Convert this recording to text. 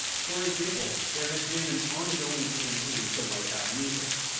for example, there has been an ongoing campaign to wipe out measles.